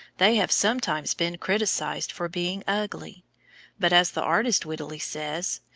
they have sometimes been criticised for being ugly but as the artist wittily says,